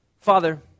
Father